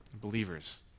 believers